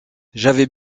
j’avais